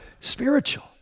spiritual